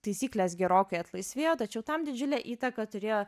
taisyklės gerokai atlaisvėjo tačiau tam didžiulę įtaką turėjo